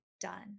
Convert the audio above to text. done